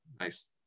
nice